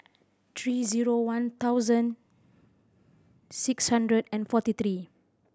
three zero one thousand six hundred and forty three